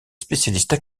spécialistes